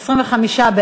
(תיקון מס' 7),